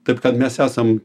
taip kad mes esam